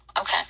okay